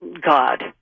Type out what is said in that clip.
God